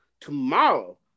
tomorrow